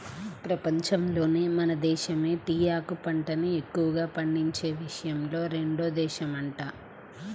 పెపంచంలోనే మన దేశమే టీయాకు పంటని ఎక్కువగా పండించే విషయంలో రెండో దేశమంట